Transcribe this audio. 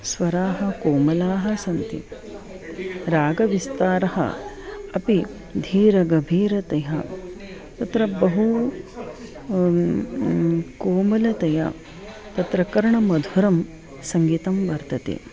स्वराः कोमलाः सन्ति रागविस्तारः अपि धीरगभीरतया तत्र बहु कोमलतया तत्र कर्णमधुरं सङ्गीतं वर्तते